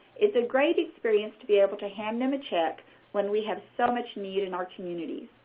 it's a great experience to be able to hand them a check when we have so much need in our community.